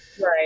Right